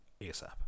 ASAP